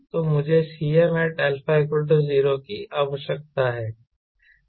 तो मुझे Cmat α0 की आवश्यकता है